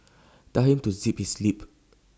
tell him to zip his lip